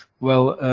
well,